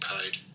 paid